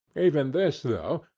even this, though,